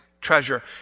treasure